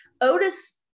Otis